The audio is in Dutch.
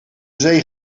zee